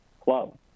club